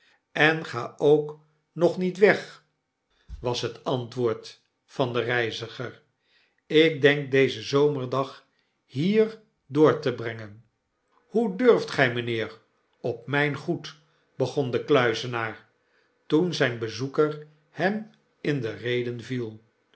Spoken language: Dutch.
en ga ook nog niet weg was het antwoord van den reiziger ik denk dezen zomerdag hier door te brengen hoe durft gij mijnbeer og myn goed begon de kluizenaar toen zijn bezoeker hem in de rede viel